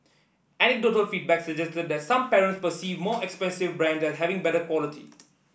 anecdotal feedback suggested that some parents perceive more expensive brands as having better quality